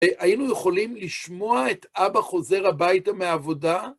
היינו יכולים לשמוע את אבא חוזר הביתה מעבודה?